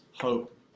hope